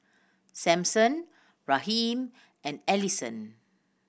Sampson Raheem and Alisson